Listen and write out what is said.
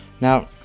Now